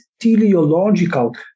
teleological